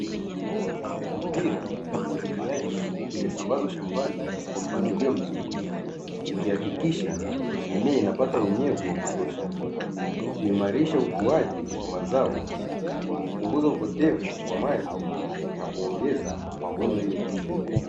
Mipira ya umwagiliaji imesambazwa shambani kwa mpangilio mzuri, ikihakikisha mimea inapata unyevu wa kutosha kuimarisha ukuaji wa mazao, kupunguza upotevu wa maji na kuongeza mavuno yenye tija.